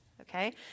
okay